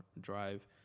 drive